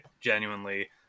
Genuinely